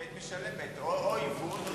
כי היית משלמת או היוון או,